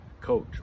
coach